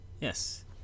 yes